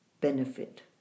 benefit